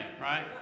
right